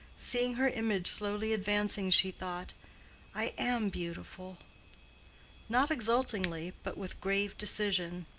seeing her image slowly advancing, she thought i am beautiful not exultingly, but with grave decision.